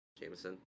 Jameson